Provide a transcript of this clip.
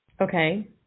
Okay